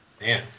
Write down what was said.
man